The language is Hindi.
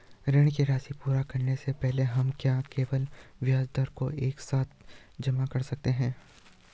ऋण की राशि पूरी करने से पहले हम क्या केवल ब्याज दर को एक साथ जमा कर सकते हैं?